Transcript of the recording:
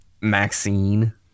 Maxine